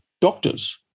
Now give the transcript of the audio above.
doctors